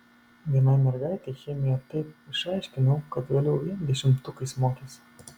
vienai mergaitei chemiją taip išaiškinau kad vėliau vien dešimtukais mokėsi